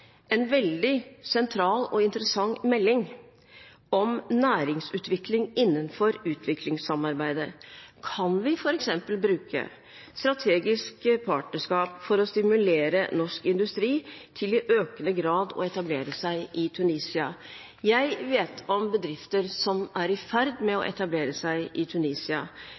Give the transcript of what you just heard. en veldig sentral og interessant melding om næringsutvikling innenfor utviklingssamarbeidet: Kan vi f.eks. bruke strategiske partnerskap for å stimulere norsk industri til i økende grad å etablere seg i Tunisia? Jeg vet om bedrifter som er i ferd med å etablere seg i Tunisia.